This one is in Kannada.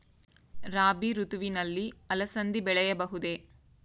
ರಾಭಿ ಋತುವಿನಲ್ಲಿ ಅಲಸಂದಿ ಬೆಳೆಯಬಹುದೆ?